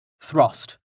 Thrust